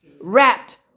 wrapped